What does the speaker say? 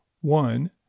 One